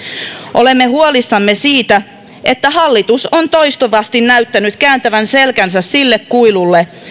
olemme huolissamme siitä että hallitus on toistuvasti näyttänyt kääntävän selkänsä sille kuilulle